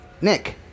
Nick